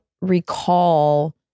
recall